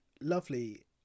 lovely